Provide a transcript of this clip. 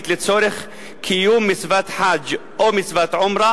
לצורך קיום מצוות חאג' או מצוות עומרה